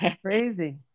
Crazy